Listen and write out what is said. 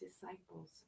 disciples